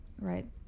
right